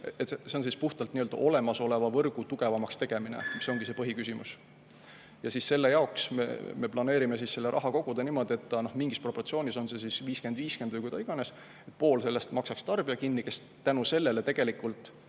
see on puhtalt olemasoleva võrgu tugevamaks tegemine, mis ongi põhiküsimus. Ja selle jaoks me planeerime selle raha koguda niimoodi, et mingis proportsioonis, on see siis 50 : 50 või mida iganes, osa sellest maksaks kinni tarbija, kes tänu sellele tegelikult